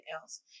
else